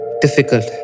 difficult